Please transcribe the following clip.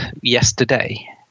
yesterday